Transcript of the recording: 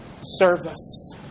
Service